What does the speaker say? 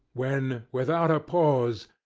when, without a pause,